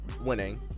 winning